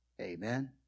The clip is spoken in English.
Amen